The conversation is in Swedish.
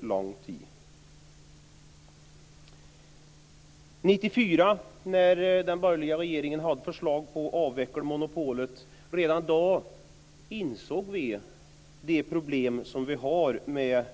Redan 1994, när den borgerliga regeringen hade ett förslag om att avveckla monopolet, insåg vi det problem som vi har med